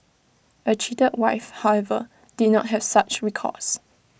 A cheated wife however did not have such recourse